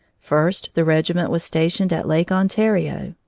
first the regiment was stationed at lake ontario,